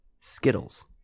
skittles